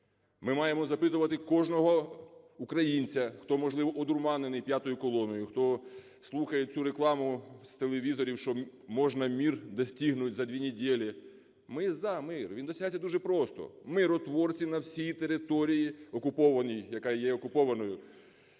Ми маємо запитувати кожного українця, хто, можливо, одурманений п'ятою колоною, хто слухає цю рекламу з телевізорів, що можна "мир достигнуть за две недели". Ми за мир! Він досягається дуже просто: миротворці на всій території окупованій,